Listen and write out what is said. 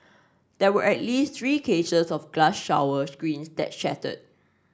there were at least three cases of glass shower screens that shattered